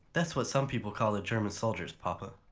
that's what some people call the german soldiers, papa.